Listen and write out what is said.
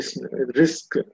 risk